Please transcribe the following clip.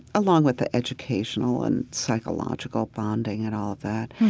along with the educational and psychological bonding and all of that.